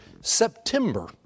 September